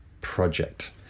project